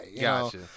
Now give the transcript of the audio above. gotcha